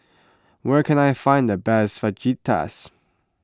where can I find the best Fajitas